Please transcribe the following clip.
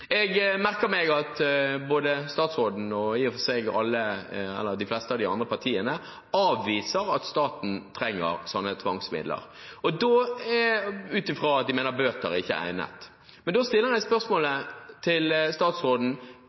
Jeg merker meg at både statsråden og de fleste av de andre partiene avviser at staten trenger slike tvangsmidler, ut fra at de mener bøter ikke er egnet. Da stiller jeg spørsmålet til statsråden: